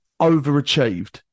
overachieved